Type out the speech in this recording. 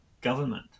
government